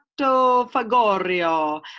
fagorio